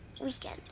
weekend